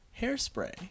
hairspray